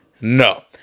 No